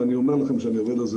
ואני אומר לכם שאני עובד על זה